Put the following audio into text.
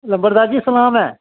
लम्बड़दार जी सलाम ऐ